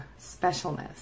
specialness